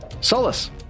Solus